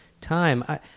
time